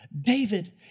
David